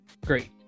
great